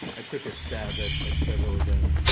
i took a stab at it, several of them,